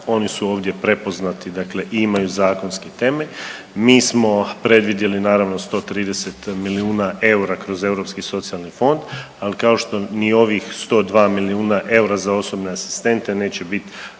oni su ovdje prepoznati i imaju zakonski temelj. Mi smo predvidjeli, naravno, 130 milijuna eura kroz Europski socijalni fond, ali kao što ni ovih 102 milijuna eura za osobne asistente neće bit